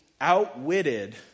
outwitted